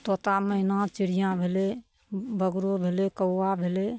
तोता मैना चिड़िआँ भेलै बगरो भेलै कौआ भेलै